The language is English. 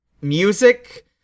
music